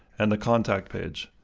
and the contact page.